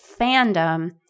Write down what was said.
fandom